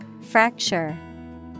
fracture